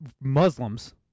Muslims